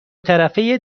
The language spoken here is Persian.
طرفه